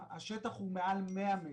השטח הוא מעל מאה מטר.